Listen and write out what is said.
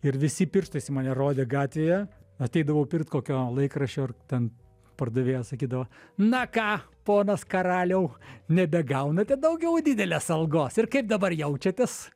ir visi pirštais į mane rodė gatvėje ateidavau pirkt kokio laikraščio ar ten pardavėja sakydavo na ką ponas karaliau nebegaunate daugiau didelės algos ir kaip dabar jaučiatės